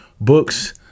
books